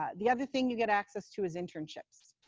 ah the other thing you get access to is internships,